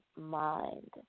Mind